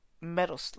Metal